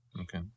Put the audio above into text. Okay